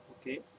Okay